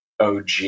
OG